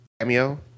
cameo